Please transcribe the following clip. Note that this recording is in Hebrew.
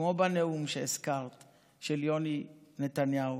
כמו בדברים של יוני נתניהו,